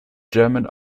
german